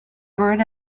burn